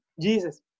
Jesus